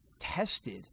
tested